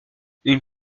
une